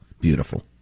Beautiful